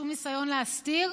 שום ניסיון להסתיר,